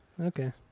Okay